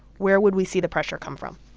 where would we see the pressure come from?